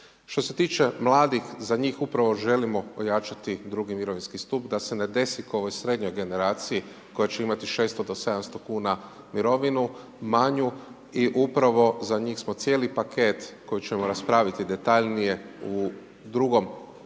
Što se tiče mladih, za njih upravo želimo ojačati drugi mirovinski stup, da se ne desi ko i ovoj srednjoj generaciji, koja će imati 600-400 kn mirovinu manju i upravo za njih smo cijeli paket, koji ćemo raspraviti detaljnije u drugom paketu